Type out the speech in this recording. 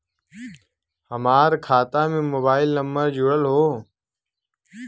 हमार खाता में मोबाइल नम्बर जुड़ल हो?